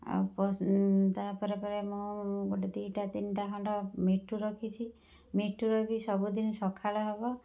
ଆଉ ତା'ପରେ ପରେ ମୁଁ ଗୋଟେ ଦୁଇଟା ତିନ୍ଟା ଖଣ୍ଡ ମିଟୁ ରଖିଛି ମିଟୁର ସବୁଦିନ ସକାଳ ହେବ